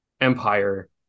empire